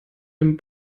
dem